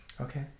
Okay